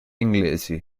inglesi